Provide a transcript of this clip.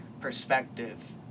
perspective